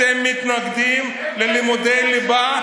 אתם מתנגדים ללימודי ליבה,